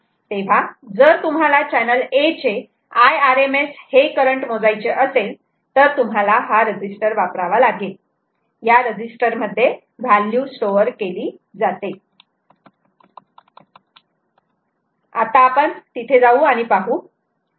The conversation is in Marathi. तेव्हा जर तुम्हाला चैनल A चे Irms हे करंट मोजायचे असेल तर तुम्हाला हा रेजिस्टर वापरावा लागेल या रेजिस्टर मध्ये व्हॅल्यू स्टोअर केली जाते आता आपण तिथे जाऊ आणि पाहू